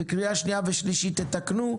בקריאה השנייה והשלישית תתקנו.